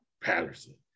Patterson